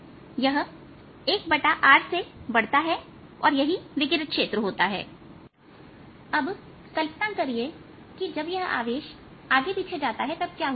यह 1r से बढ़ता है और यही विकिरित क्षेत्र होता है अब कल्पना करिए कि जब यह आवेश आगे पीछे जाता है तब क्या होता है